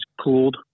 cooled